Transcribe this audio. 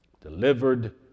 delivered